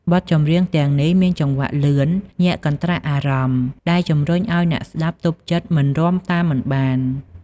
បទចម្រៀងទាំងនេះមានចង្វាក់លឿន ញាក់កន្ត្រាក់អារម្មណ៍ ដែលជំរុញឱ្យអ្នកស្តាប់ទប់ចិត្តមិនរាំតាមមិនបាន។